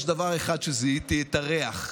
יש דבר אחד שזיהיתי, את הריח,